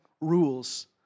rules